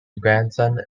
grandson